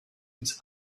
its